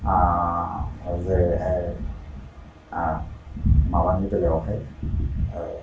अबेहाय माबानि बेलायावहाय